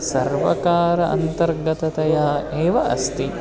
सर्वकार अन्तर्गततया एव अस्ति